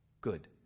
good